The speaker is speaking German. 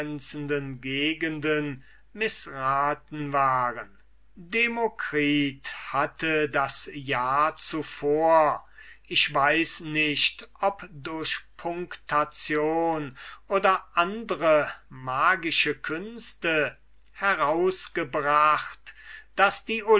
gegenden mißgeraten waren demokritus hatte das jahr zuvor ich weiß nicht ob durch punctation oder andre magische künste herausgebracht daß die